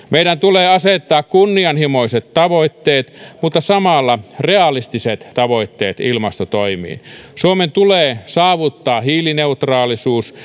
meidän tulee asettaa kunnianhimoiset mutta samalla realistiset tavoitteet ilmastotoimiin suomen tulee saavuttaa hiilineutraalisuus